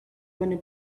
bunny